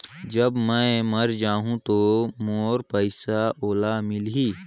जब मै मर जाहूं तो मोर पइसा ओला मिली?